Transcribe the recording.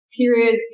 period